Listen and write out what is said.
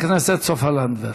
חברת הכנסת סופה לנדבר,